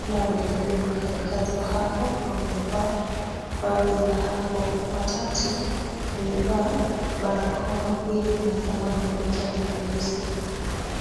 ila wengine ni wafanyikazi wa hapo na wamevaa vazi la hapo. Watatu wamevaa barakoa, mbili zinafanana na moja ni nyeusi.